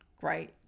Great